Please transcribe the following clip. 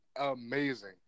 amazing